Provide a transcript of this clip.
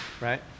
right